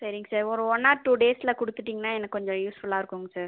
சரிங்க சார் ஒரு one or two டேஸில் கொடுத்துட்டிங்கனா எனக்கு கொஞ்சம் யூஸ்ஃபுல்லாக இருக்குதுங்க சார்